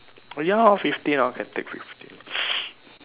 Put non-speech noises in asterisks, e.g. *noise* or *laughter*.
oh ya hor fifteen hor can take *noise*